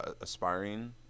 aspiring